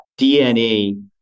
DNA